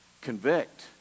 convict